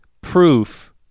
proof